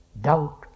doubt